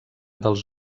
dels